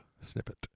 snippet